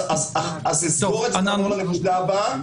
טוב, אז אסגור את זה ואעבור לנקודה הבאה.